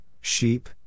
sheep